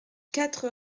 quatre